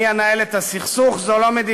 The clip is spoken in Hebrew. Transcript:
"אני אנהל את הסכסוך" זו לא מדיניות,